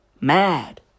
Mad